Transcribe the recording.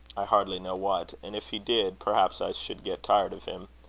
i hardly know what and if he did, perhaps i should get tired of him.